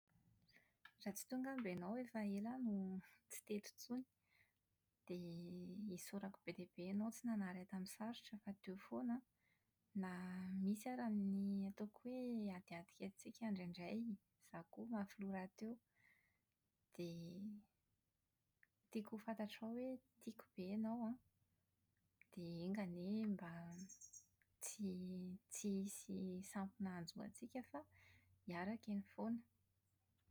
Raha tsy teo angamba ianao efa ela aho no tsy teto intsony. Dia isaorako be dia be ianao tsy nanary ahy tamin'ny sarotra fa teo foana an, na misy ary ny ataoko hoe adiady kelintsika indraindray. Izaho koa mafy loha rahateo. Dia tiako ho fantatrao hoe tiako be ianao an, dia enga anie mba tsy tsy hisy sampona hanjo antsika fa hiaraka eny foana.